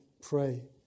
pray